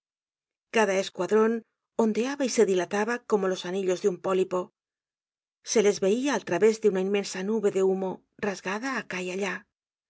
cada escuadron ondeaba y se dilataba como los anillos de un pólipo se les veia al través de una inmensa nube de humo rasgada acá y allá